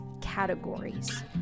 categories